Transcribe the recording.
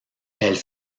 elles